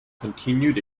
continued